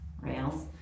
rails